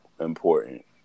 important